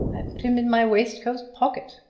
i put him in my waistcoat pocket.